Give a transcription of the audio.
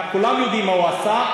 אנחנו כולנו יודעים מה הוא עשה,